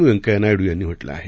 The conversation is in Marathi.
व्यंकैय्या नायडू यांनी म्हटलं आहे